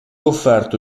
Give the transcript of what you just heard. offerto